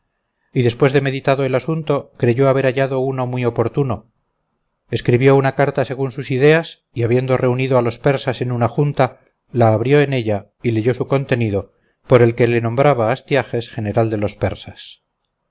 y después de meditado el asunto creyó haber hallado uno muy oportuno escribió una carta según sus ideas y habiendo reunido a los persas en una junta la abrió en ella y leyó su contenido por el que le nombraba astiages general de los persas